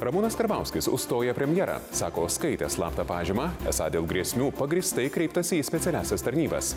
ramūnas karbauskis užstoja premjerą sako skaitęs slaptą pažymą esą dėl grėsmių pagrįstai kreiptasi į specialiąsias tarnybas